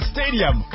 Stadium